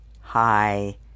hi